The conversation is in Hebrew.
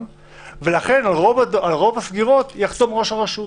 ולכן על רוב הסגירות יחתום ראש הרשות.